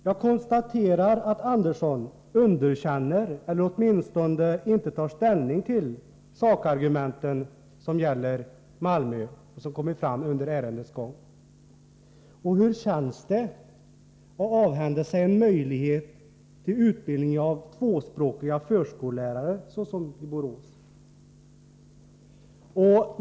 Jag konstaterar att Georg Andersson underkänner, eller åtminstone inte tar ställning till, de sakargument i fråga om Malmöutbildningen som kommit fram under ärendets gång. Hur känns det att avhända sig en möjlighet till utbildningen av tvåspråkiga förskollärare, så som i Borås?